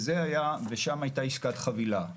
שם הייתה עסקת חבילה.